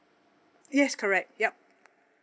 yes correct yup